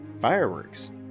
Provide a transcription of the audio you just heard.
fireworks